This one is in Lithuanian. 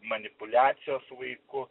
manipuliacijos vaiku